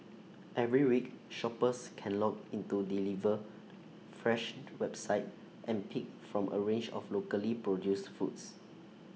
every week shoppers can log into deliver fresh website and pick from A range of locally produced foods